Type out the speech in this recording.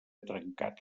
trencat